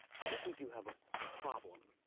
i think we do have a problem.